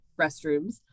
restrooms